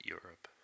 Europe